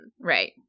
Right